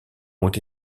ont